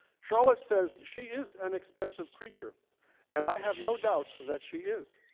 charlotte says she is an expensive creature and i have no doubt that she is.